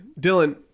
Dylan